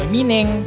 Meaning